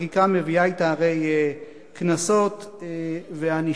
וחקיקה מביאה אתה הרי קנסות וענישה.